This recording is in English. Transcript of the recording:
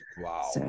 Wow